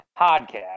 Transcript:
podcast